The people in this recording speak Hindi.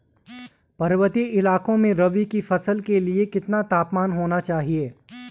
पर्वतीय इलाकों में रबी की फसल के लिए कितना तापमान होना चाहिए?